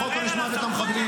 לחוק עונש מוות למחבלים,